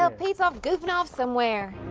ah pete's off goofing off somewhere.